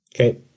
Okay